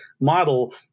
model